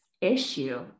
issue